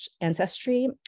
ancestry